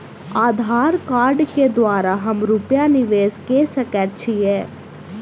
आधार कार्ड केँ द्वारा हम रूपया निवेश कऽ सकैत छीयै?